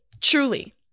truly